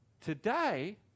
Today